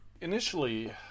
initially